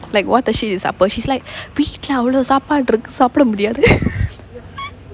like what the shit is supper she's like வீட்டுல அவ்வளவு சாப்பாடு இருக்கு சாப்புட முடியாது:veetla avvalavu saappaadu irukku saappida mudiyaathu